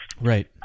Right